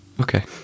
Okay